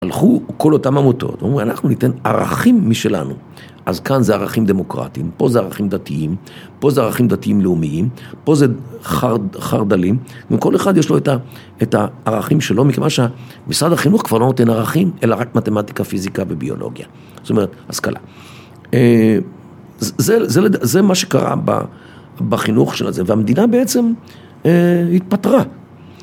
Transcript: הלכו כל אותם עמותות, אמרו אנחנו ניתן ערכים משלנו, אז כאן זה ערכים דמוקרטיים, פה זה ערכים דתיים, פה זה ערכים דתיים לאומיים, פה זה חרדלים, כל אחד יש לו את הערכים שלו, מכיוון ש.. משרד החינוך כבר לא נותן ערכים, אלא רק מתמטיקה, פיזיקה וביולוגיה, זאת אומרת, השכלה. זה מה שקרה בחינוך של הזה, והמדינה בעצם התפטרה.